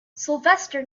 sylvester